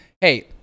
hey